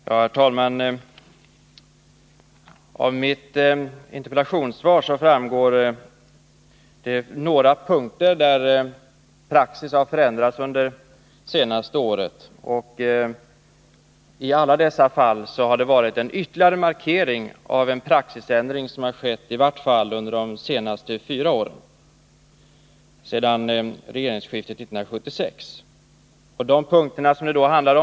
Herr talman! I mitt interpellationssvar redovisas några punkter där praxis har förändrats under det senaste året. I alla dessa fall har det varit fråga om en ytterligare markering av en praxisförändring som har skett under i vart fall de senaste fyra åren, sedan regeringsskiftet 1976. Det gäller följande punkter.